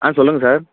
ஆ சொல்லுங்கள் சார்